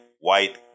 white